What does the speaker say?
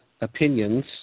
opinions